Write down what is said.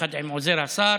יחד עם עוזר השר,